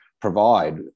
provide